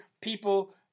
people